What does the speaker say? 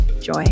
joy